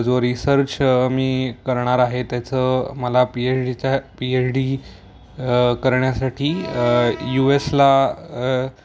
जो रिसर्च मी करणार आहे त्याचं मला पीएच डीचा पीएच डी करण्यासाठी यू एसला